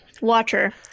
watcher-